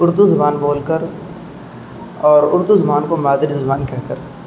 اردو زبان بول کر اور اردو زبان کو مادری زبان کہہ کر